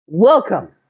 Welcome